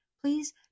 please